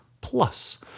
Plus